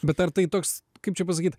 bet ar tai toks kaip čia pasakyt